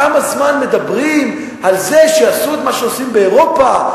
כמה זמן מדברים על זה שיעשו את מה שעושים באירופה,